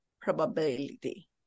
probability